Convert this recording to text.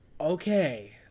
okay